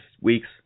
weeks